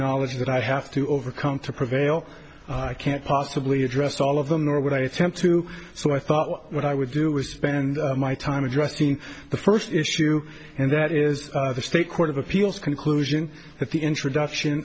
knowledge that i have to overcome to prevail i can't possibly address all of them nor would i attempt to so i thought what i would do was spend my time addressing the first issue and that is the state court of appeals conclusion at the introduction